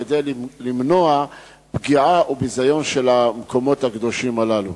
כדי למנוע פגיעה וביזיון של המקומות הקדושים הללו.